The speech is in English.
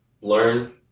Learn